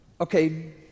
okay